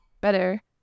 better